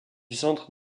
centre